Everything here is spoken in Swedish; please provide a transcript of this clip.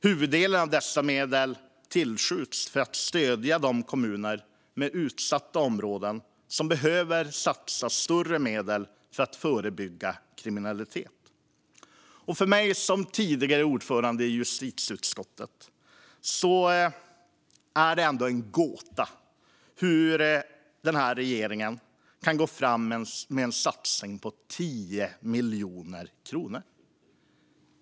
Huvuddelen av dessa medel tillskjuts för att stödja de kommuner med utsatta områden som behöver satsa större medel för att förebygga kriminalitet. För mig som tidigare ordförande i justitieutskottet är det en gåta hur regeringen här kan gå fram med en satsning på 10 miljoner kronor.